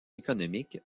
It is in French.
économique